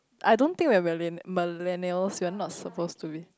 I don't think we are millennials we are not supposed to be